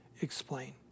explain